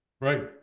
Right